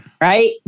Right